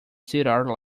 cedar